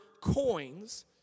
coins